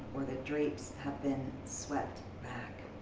where the drapes have been swept back.